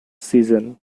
season